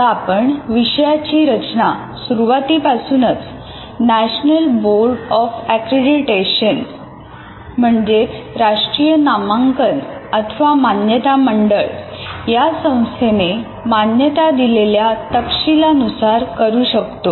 आता आपण विषयाची रचना सुरुवातीपासूनच नॅशनल बोर्ड ऑफ एक्रीडिटेशन या संस्थेने मान्यता दिलेल्या तपशीला नुसार करू शकतो